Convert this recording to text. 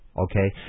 okay